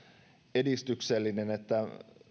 edistyksellinen verrattuna moneen muuhun valtioon että